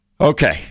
Okay